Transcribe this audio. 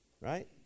right